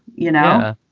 you know,